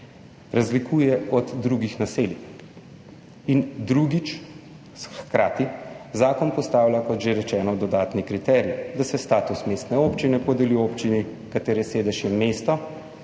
razlikuje od drugih naselij. In drugič, zakon hkrati postavlja, kot že rečeno, dodatni kriterij, da se status mestne občine podeli občini, katere sedež je mesto,